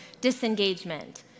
disengagement